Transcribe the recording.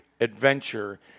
adventure